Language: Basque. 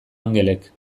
angelek